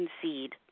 Concede